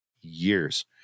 Years